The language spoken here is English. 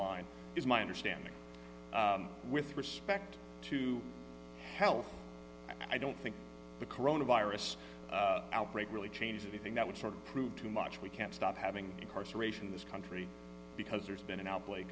understanding with respect to health i don't think the corona virus outbreak really change anything that would sort of prove too much we can't stop having incarceration in this country because there's been an out